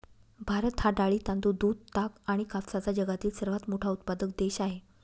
भारत हा डाळी, तांदूळ, दूध, ताग आणि कापसाचा जगातील सर्वात मोठा उत्पादक देश आहे